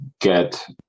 get